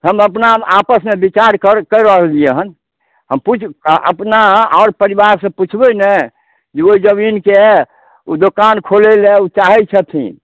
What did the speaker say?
हम अपना आपसमे बिचार कर करि रहलियै हन हम पुछि आ अपना आओर परिवारसे पुछ्बै नहि जे ओहि जमीनके ओ दोकान खोलै लै ओ चाहैत छथिन